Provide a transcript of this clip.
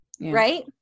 right